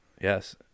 Yes